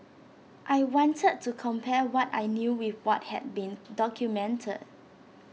I wanted to compare what I knew with what had been documented